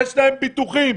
ביטוחים.